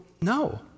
no